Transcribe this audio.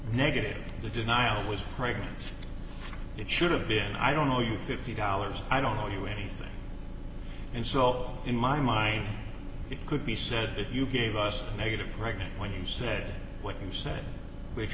negative the denial was right it should have been i don't know you fifty dollars i don't know you anything and so in my mind it could be said that you gave us made a pregnant when you said what you said which